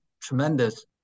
tremendous